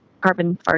carbon